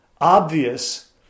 obvious